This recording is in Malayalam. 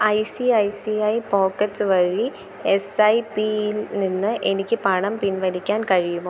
I C I C I pockets വഴി എസ് ഐ പീ യിൽ നിന്ന് എനിക്ക് പണം പിൻവലിക്കാൻ കഴിയുമോ